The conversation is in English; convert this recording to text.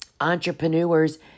entrepreneurs